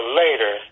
later